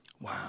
Wow